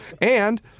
And-